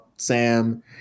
Sam